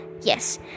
Yes